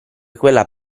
quella